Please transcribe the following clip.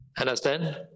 Understand